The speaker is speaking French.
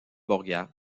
borgia